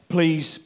Please